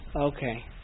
Okay